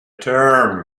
term